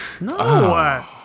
No